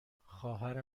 خواهر